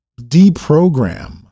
deprogram